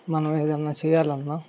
మనం ఏదైనా చేయాలన్నా